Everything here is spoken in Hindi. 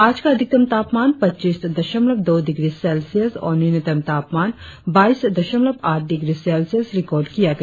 आज का अधिकतम तापमान पच्चीस दशमलव दो डिग्री सेल्सियस और न्यूनतम तापमान बाईस दशमलव आठ डिग्री सेल्सियस रिकार्ड किया गया